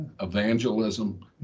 evangelism